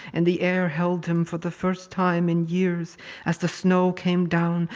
and the air held him for the first time in years as the snow came down,